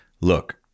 look